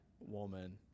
woman